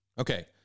Okay